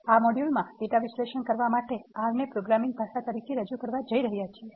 આ મોડ્યુલમાંડેટા વિશ્લેષણ કરવા માટે R ને પ્રોગ્રામિંગ ભાષા તરીકે રજૂ કરવા જઈ રહ્યા છીએ